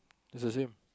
is the same